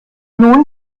nun